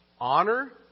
Honor